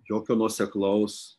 jokio nuoseklaus